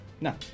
No